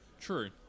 True